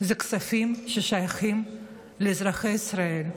זה כספים ששייכים לאזרחי ישראל.